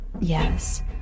Yes